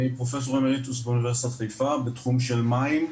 אני פרופ' אמריטוס באוניברסיטת חיפה בתחום של מים.